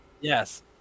Yes